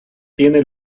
tiene